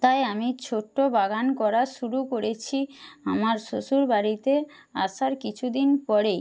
তাই আমি ছোট্ট বাগান করা শুরু করেছি আমার শ্বশুর বাড়িতে আসার কিছু দিন পরেই